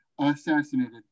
assassinated